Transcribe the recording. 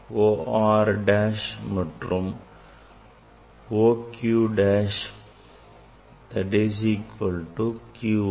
O R dash மற்றும் O Q dash that is equal to equal to Q R